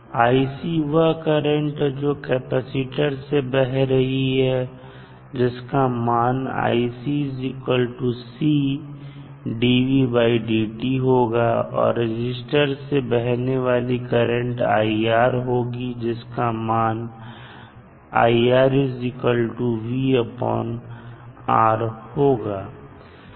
IC वह current है जो कैपेसिटर से बह रहा है जिसका मान होगा और रजिस्टर से बहने वाली करंट IR होगी जिस का मान IR vR होगा